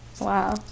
Wow